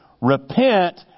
repent